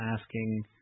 asking